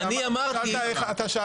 אתה שאלת איך מתנהלים.